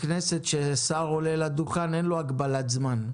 בכנסת כששר עולה לדוכן אין לו הגבלת זמן,